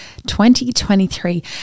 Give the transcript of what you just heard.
2023